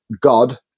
God